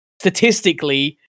statistically